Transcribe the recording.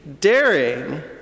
daring